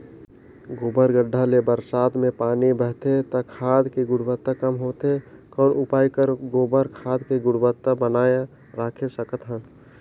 गोबर गढ्ढा ले बरसात मे पानी बहथे त खाद के गुणवत्ता कम होथे कौन उपाय कर गोबर खाद के गुणवत्ता बनाय राखे सकत हन?